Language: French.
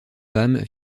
femmes